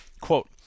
quote